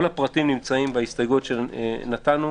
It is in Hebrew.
כל הפרטים נמצאים בהסתייגויות שנתנו.